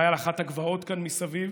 אולי על אחת הגבעות כאן מסביב,